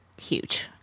huge